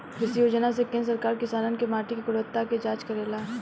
कृषि योजना से केंद्र सरकार किसानन के माटी के गुणवत्ता के जाँच करेला